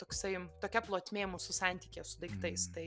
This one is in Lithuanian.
toksai tokia plotmė mūsų santykyje su daiktais tai